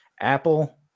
Apple